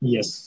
Yes